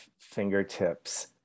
fingertips